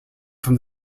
from